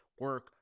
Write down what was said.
Work